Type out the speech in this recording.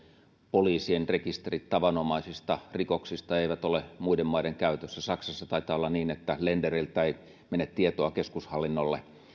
poliisien rekisterit tavanomaisista rikoksista eivät ole muiden maiden käytössä saksassa taitaa olla niin että länderiltä ei mene tietoa keskushallinnolle